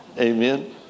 amen